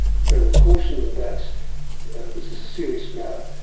they will caution them that this is a serious matter,